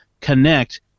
connect